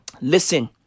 Listen